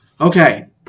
Okay